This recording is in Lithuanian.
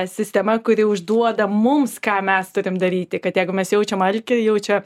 sistema kuri užduoda mums ką mes turim daryti kad jeigu mes jaučiam alkį jau čia